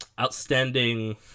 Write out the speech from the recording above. Outstanding